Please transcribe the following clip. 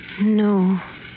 No